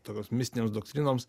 tokioms mistinėms doktrinoms